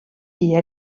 dia